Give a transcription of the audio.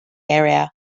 area